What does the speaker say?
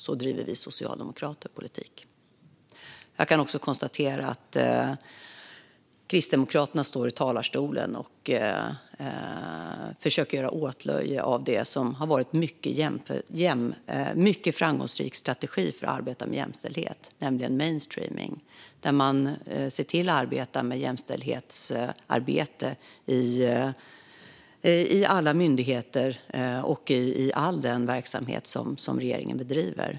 Så driver vi socialdemokrater politik. Jag kan också konstatera att Kristdemokraterna står i talarstolen och försöker förlöjliga det som har varit en mycket framgångsrik strategi för att arbeta med jämställdhet, nämligen mainstreaming, där ser man till att arbeta med jämställdhet i alla myndigheter och i all den verksamhet som regeringen bedriver.